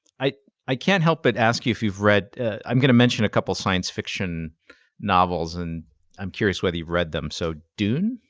i i can't help but ask you if you've read i'm gonna mention a couple of science fiction novels, and i'm curious whether you've read them, so dune?